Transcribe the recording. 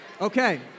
Okay